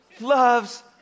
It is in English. loves